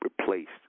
replaced